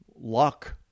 luck